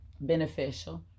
beneficial